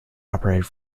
operated